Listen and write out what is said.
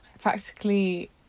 practically